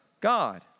God